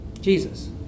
Jesus